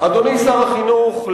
אדוני שר החינוך,